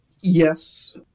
Yes